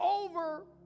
over